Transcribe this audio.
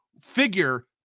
figure